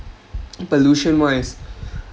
pollution wise